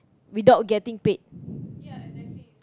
without getting paid